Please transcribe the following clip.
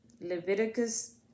Leviticus